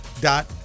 dot